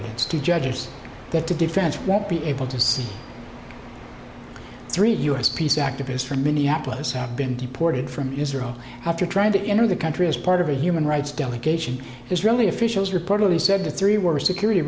evidence to judges that the defense won't be able to see three u s peace activists from minneapolis have been deported from israel after trying to enter the country as part of a human rights delegation israeli officials reportedly said the three were security